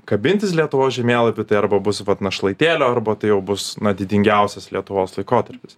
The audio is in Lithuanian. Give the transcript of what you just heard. kabintis lietuvos žemėlapį tai arba bus vat našlaitėlio arba tai jau bus na didingiausias lietuvos laikotarpis